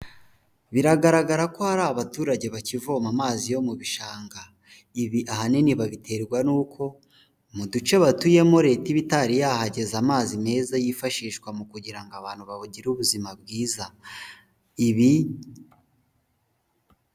Biragaragara ko hari abaturage bakivoma amazi yo mu bishanga, ibi ahanini babiterwa n'uko mu duce batuyemo leta itari yahageza amazi meza yifashishwa mu kugira ngo abantu bagire ubuzima bwiza.